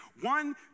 One